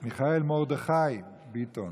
מיכאל מרדכי ביטון.